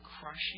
crushing